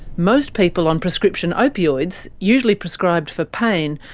most people on prescription opioids, usually prescribed for pain,